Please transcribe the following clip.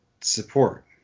support